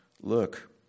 look